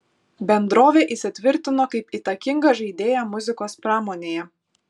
bendrovė įsitvirtino kaip įtakinga žaidėja muzikos pramonėje